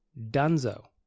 Dunzo